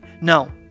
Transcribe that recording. No